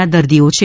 ના દર્દીઓ છે